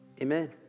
Amen